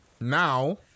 Now